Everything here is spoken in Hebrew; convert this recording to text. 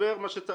מדבר מה שצריך,